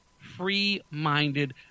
free-minded